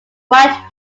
white